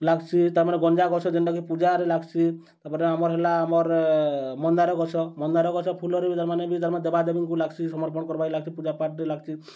ଲାଗ୍ସି ତା'ର୍ମାନେ ଗଞ୍ଜାଗଛ ଯେନ୍ଟାକି ପୂଜାରେ ଲାଗ୍ସି ତା'ର୍ପରେ ଆମର୍ ହେଲା ଆମର୍ ମନ୍ଦାର ଗଛ ମନ୍ଦାର ଗଛ ଫୁଲରେ ବି ତା'ର୍ମାନେ ବି ତା'ର୍ ଦେବାଦେବୀଙ୍କୁ ଲାଗ୍ସି ସମର୍ପଣ କର୍ବାର୍ରେ ଲାଗ୍ସି ପୂଜାପାଠ୍ରେ ଲାଗ୍ସି